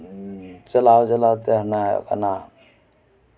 ᱪᱟᱞᱟᱣ ᱪᱟᱞᱟᱣ ᱛᱮ ᱚᱱᱮ ᱚᱱᱟ